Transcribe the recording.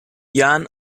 jahren